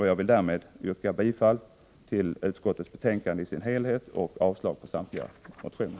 Jag vill därmed yrka bifall till hemställan i utskottets betänkande i dess helhet och avslag på samtliga reservationer.